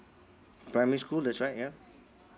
primary school that's right yeah